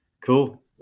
cool